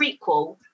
prequel